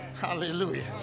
hallelujah